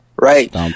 Right